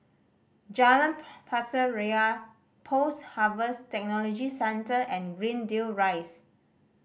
Jalan Pasir Ria Post Harvest Technology Centre and Greendale Rise